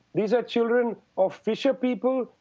these are children of fisher people.